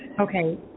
Okay